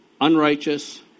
Unrighteous